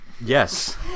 Yes